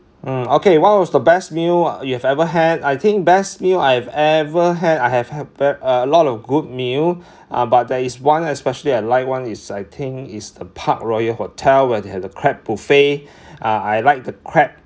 hmm okay what was the best meal you've ever had I think best meal I have ever had I have had uh a lot of good meal uh but there is one especially I like one is I think it's the park royal hotel where they had the crab buffet uh I like the crab